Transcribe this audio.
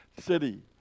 city